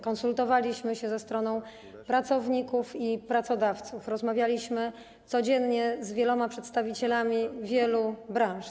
Konsultowaliśmy się ze stroną pracowników i pracodawców, rozmawialiśmy codziennie z wieloma przedstawicielami wielu branż.